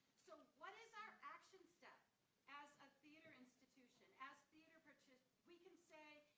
so, what is our action step as a theater institution, as theater, but yeah we can say,